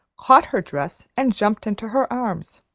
caught her dress, and jumped into her arms.